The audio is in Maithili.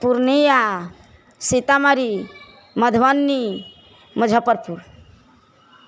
पूर्णिया सीतामढ़ी मधुबनी मुजफ्फरपुर